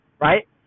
right